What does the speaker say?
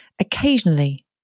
Occasionally